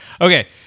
Okay